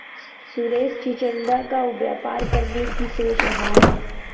सुरेश चिचिण्डा का व्यापार करने की सोच रहा है